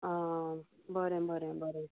आ बरें बरें बरें